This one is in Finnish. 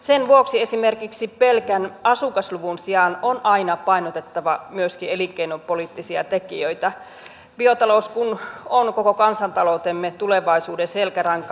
sen vuoksi esimerkiksi pelkän asukasluvun sijaan on aina painotettava myöskin elinkeinopoliittisia tekijöitä biotalous kun on koko kansantaloutemme tulevaisuuden selkäranka